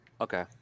Okay